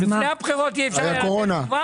לפני הבחירות אי אפשר היה לתת תשובה?